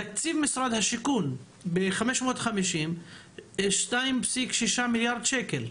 תקציב משרד השיכון ב-550 הוא 2.6 מיליארד שקלים.